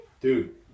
Dude